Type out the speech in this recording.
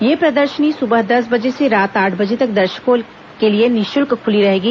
यह प्रदर्शनी सुबह दस बजे से रात आठ बजे तक दर्शकों के लिए निःशल्क खुली रहेगी